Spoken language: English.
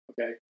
Okay